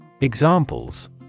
Examples